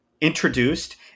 introduced